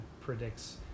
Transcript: predicts